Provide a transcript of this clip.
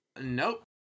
nope